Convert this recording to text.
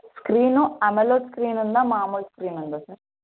screen అలమో screen ఉందా మామూలు స్క్రీన్ ఉందా సార్